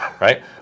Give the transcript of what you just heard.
right